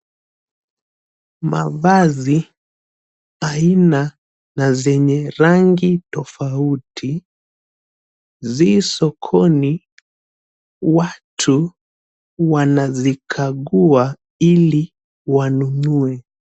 Mavazi aina na zenye rangi tofauti, zi sokoni. Watu wanazikagua ili wanunue.